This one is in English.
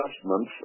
adjustments